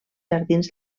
jardins